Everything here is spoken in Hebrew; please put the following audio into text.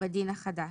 בדין החדש.